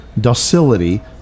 docility